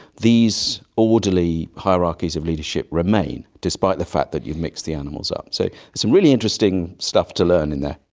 these orderly hierarchies of leadership remain, despite the fact that you've mixed the animals up. so some really interesting stuff to learn in there.